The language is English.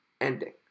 ending